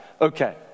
Okay